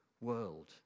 world